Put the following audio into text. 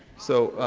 so,